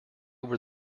were